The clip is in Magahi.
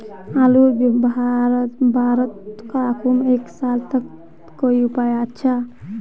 आलूर बारित राखुम एक साल तक तार कोई उपाय अच्छा?